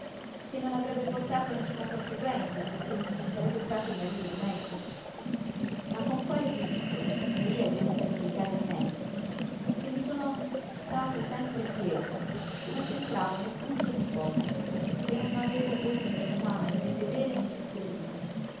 che non avrebbe portato nessuna conseguenza perché non ci sarebbe stato un marito di mezzo ma con quale diritto vossignoria è venuta a inquietare me che mi sono stato sempre quieto che non c'entravo né punto né poco che non avevo voluto mai né vedere né sentire nulla